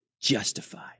Justified